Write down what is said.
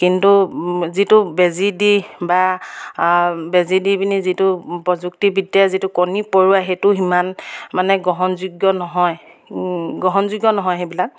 কিন্তু যিটো বেজী দি বা বেজী দি পিনি যিটো প্ৰযুক্তিবিদ্যাই যিটো কণী পৰোৱাই সেইটো সিমান মানে গ্ৰহণযোগ্য নহয় গ্ৰহণযোগ্য নহয় সেইবিলাক